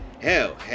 hell